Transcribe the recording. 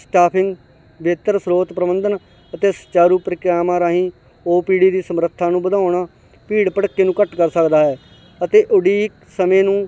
staffing ਬਿਹਤਰ ਸਰੋਤ ਪ੍ਰਬੰਧਨ ਅਤੇ ਸੁਚਾਰੂ ਪ੍ਰਕਿਰਿਆਵਾਂ ਰਾਹੀਂ ਓ ਪੀ ਡੀ ਦੀ ਸਮਰੱਥਾ ਨੂੰ ਵਧਾਉਣਾ ਭੀੜ ਭੜੱਕੇ ਨੂੰ ਘੱਟ ਕਰ ਸਕਦਾ ਹੈ ਅਤੇ ਉਡੀਕ ਸਮੇਂ ਨੂੰ